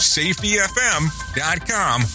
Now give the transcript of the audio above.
safetyfm.com